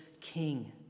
king